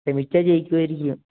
ശ്രമിച്ചാൽ ജയിക്കുമായിരിക്കും